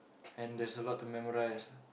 and there's a lot to memorise